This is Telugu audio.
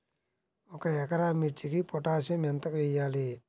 ఒక ఎకరా మిర్చీకి పొటాషియం ఎంత వెయ్యాలి?